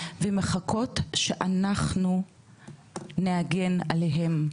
ומחכות שאנחנו נגן עליהן.